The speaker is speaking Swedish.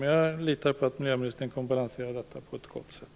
Men jag litar på att miljöministern kommer att balansera detta på ett gott sätt.